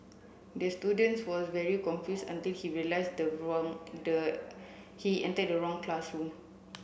the student was very confuse until he realise the wrong the he enter the wrong classroom